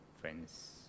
friends